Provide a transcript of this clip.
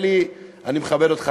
אלי, אני מכבד אותך.